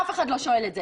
אף אחד לא שואל את זה,